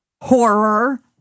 Horror